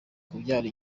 kubyara